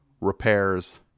repairs